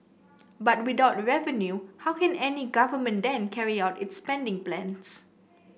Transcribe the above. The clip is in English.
but without revenue how can any government then carry out its spending plans